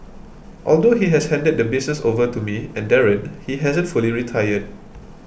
although he has handed the business over to me and Darren he hasn't fully retired